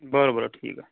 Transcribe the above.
बर बर ठीक आहे